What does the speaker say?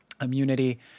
immunity